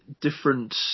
different